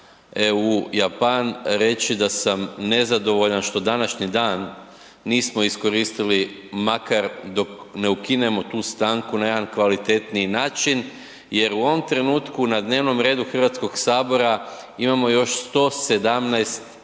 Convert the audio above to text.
EU-Japan reći da sam nezadovoljan što današnji dan nismo iskoristili makar dok ne u ukinemo tu stanku na jedan kvalitetniji način jer u ovom trenutku na dnevnom redu Hrvatskog sabora imamo još 117 ili